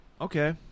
okay